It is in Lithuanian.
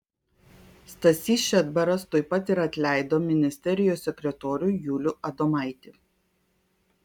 stasys šedbaras tuoj pat ir atleido ministerijos sekretorių julių adomaitį